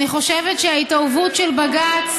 אני חושבת שההתערבות של בג"ץ